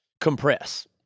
compress